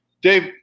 Dave